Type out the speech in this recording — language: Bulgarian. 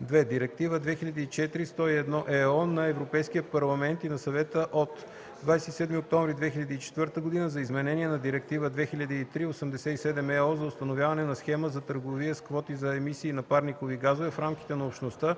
Директива 2004/101/ЕО на Европейския парламент и на Съвета от 27 октомври 2004 г. за изменение на Директива 2003/87/ЕО за установяване на схема за търговия с квоти за емисии на парникови газове в рамките на Общността